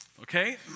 okay